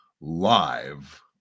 live